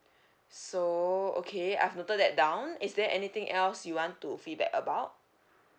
so okay I've noted that down is there anything else you want to feedback about